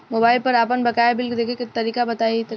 Mobile पर आपन बाकाया बिल देखे के तरीका बताईं तनि?